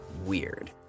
weird